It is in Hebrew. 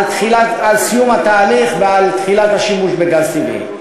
סיום התהליך ועל תחילת השימוש בגז טבעי.